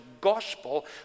gospel